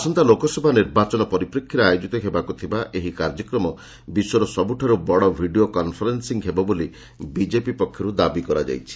ଆସନ୍ତା ଲୋକସଭା ନିର୍ବାଚନ ପରିପ୍ରେକ୍ଷୀରେ ଆୟୋଜିତ ହେବାକୁ ଥିବା ଏହି କାର୍ଯ୍ୟକ୍ରମ ବିଶ୍ୱର ସବୁଠାରୁ ବଡ଼ ଭିଡ଼ିଓ କନ୍ଫରେନ୍ସିଂ ହେବ ବୋଲି ବିଜେପି ପକ୍ଷରୁ ଦାବି କରାଯାଇଛି